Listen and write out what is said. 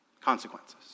consequences